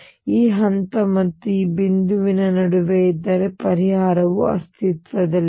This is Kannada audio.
ಈ ಹಂತ ಮತ್ತು ಈ ಬಿಂದುವಿನ ನಡುವೆ ಇದ್ದರೆ ಪರಿಹಾರವು ಅಸ್ತಿತ್ವದಲ್ಲಿದೆ